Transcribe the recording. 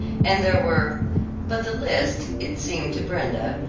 and there were but the list, it seemed to brenda,